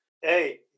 Hey